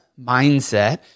mindset